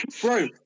Bro